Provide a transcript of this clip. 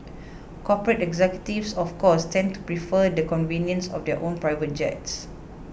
corporate executives of course tend to prefer the convenience of their own private jets